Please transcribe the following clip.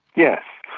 yes.